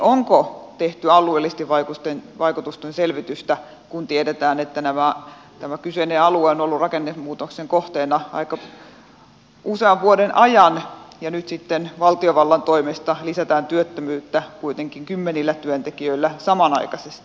onko tehty alueellisten vaikutusten selvitystä kun tiedetään että tämä kyseinen alue on ollut rakennemuutoksen kohteena aika usean vuoden ajan ja nyt sitten valtiovallan toimesta lisätään työttömyyttä kuitenkin kymmenillä työntekijöillä samanaikaisesti